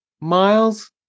Miles